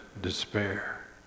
despair